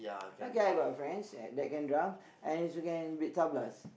okay I got a friends that can drum and she can beat tablas